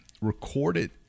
recorded